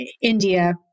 India